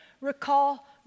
recall